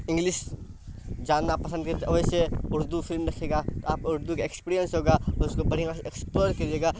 English جاننا پسند بھی تو ویسے اردو فلم دیکھیے گا تو آپ اردو کا ایکسپیرینس ہوگا اس کو بڑھیا سے ایکسپلور کریے گا